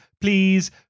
please